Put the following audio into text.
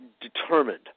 determined